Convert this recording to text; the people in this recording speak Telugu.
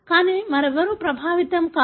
కానీ మరెవరూ ప్రభావితం కాదు